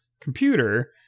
computer